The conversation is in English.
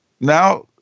now